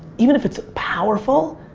even if it's powerful,